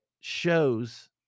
shows